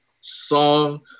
song